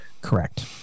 Correct